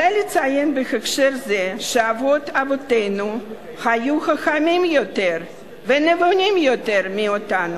עלי לציין בהקשר זה שאבות אבותינו היו חכמים ונבונים יותר מאתנו.